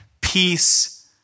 peace